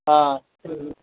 ஆ சரி